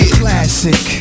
classic